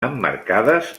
emmarcades